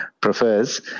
prefers